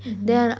mmhmm